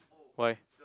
why